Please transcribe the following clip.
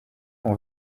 ton